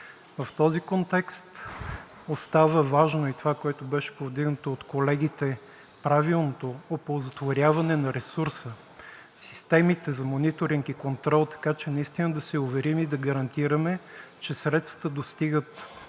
В този контекст остава важно и това, което беше повдигнато от колегите – правилното оползотворяване на ресурса, системите за мониторинг и контрол, така че наистина да се уверим и да гарантираме, че средствата достигат